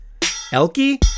elky